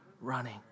running